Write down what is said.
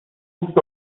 ustąp